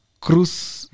Cruz